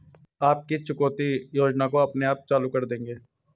आप किस चुकौती योजना को अपने आप चालू कर देंगे?